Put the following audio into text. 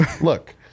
Look